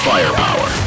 Firepower